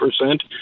percent